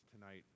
tonight